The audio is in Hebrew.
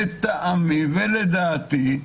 לטעמי ולדעתי,